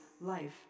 life